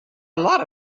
lot